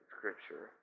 Scripture